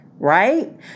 Right